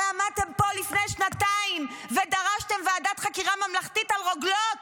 הרי עמדתם פה לפני שנתיים ודרשתם ועדת חקירה ממלכתית על רוגלות.